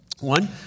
one